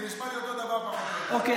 זה נשמע לי אותו דבר, פחות או יותר.